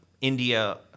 India